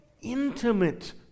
intimate